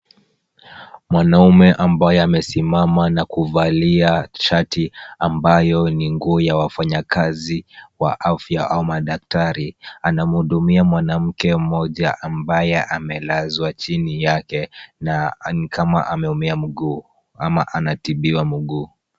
Mwanaume ambaye amesimama na kuvalia shati ambayo ni nguo ya wafanyakazi wa afya au madaktari, anamhudumia mwanamke mmoja ambaye amelazwa chini yake na ni kama ameumia mguu ama anatibiwa mguu.